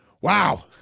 Wow